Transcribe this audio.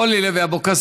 אורלי לוי אבקסיס,